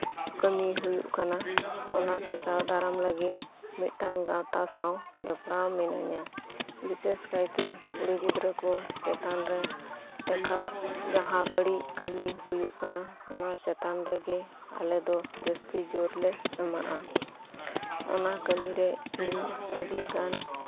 ᱠᱟᱹᱢᱤ ᱦᱩᱭᱩᱜ ᱠᱟᱱᱟ ᱚᱱᱟ ᱴᱮᱠᱟᱣ ᱫᱟᱨᱟᱢ ᱞᱟᱹᱜᱤᱫ ᱢᱤᱫᱴᱟᱝ ᱜᱟᱶᱛᱟ ᱥᱟᱶ ᱡᱚᱯᱲᱟᱣ ᱢᱤᱱᱟᱹᱧᱟ ᱵᱤᱥᱮᱥ ᱠᱟᱭᱛᱮ ᱠᱩᱲᱤ ᱜᱤᱫᱽᱨᱟᱹᱠᱩ ᱪᱮᱛᱟᱱᱨᱮ ᱡᱟᱦᱟᱸ ᱵᱟᱹᱲᱤᱡ ᱠᱟᱹᱢᱤ ᱦᱩᱭᱩᱜ ᱠᱟᱱᱟ ᱚᱱᱟ ᱪᱮᱛᱟᱱ ᱨᱮᱜᱮ ᱟᱞᱮᱫᱚ ᱡᱟᱹᱥᱛᱤ ᱡᱚᱨᱞᱮ ᱮᱢᱟᱜᱼᱟ ᱚᱱᱟ ᱠᱟᱹᱢᱤᱨᱮ ᱤᱧ ᱟᱹᱰᱤᱜᱟᱱ